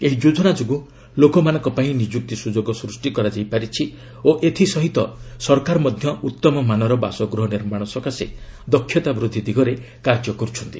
ଏହି ଯୋଜନାଯୋଗୁଁ ଲୋକମାନଙ୍କପାଇଁ ନିଯୁକ୍ତି ସୁଯୋଗ ସୃଷ୍ଟି କରାଯାଇପାରିଛି ଓ ଏଥିସହିତ ସରକାର ମଧ୍ୟ ଉତ୍ତମ ମାନର ବାସଗୃହ ନିର୍ମାଣ ସକାଶେ ଦକ୍ଷତା ବୃଦ୍ଧି ଦିଗରେ କାର୍ଯ୍ୟ କରୁଛନ୍ତି